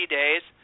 days